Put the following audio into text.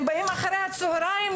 הם באים אחרי הצוהריים,